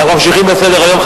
אנחנו ממשיכים בסדר-היום.